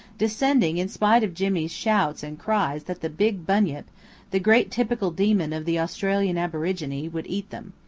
descending in spite of jimmy's shouts and cries that the big bunyip the great typical demon of the australian aborigine would eat them.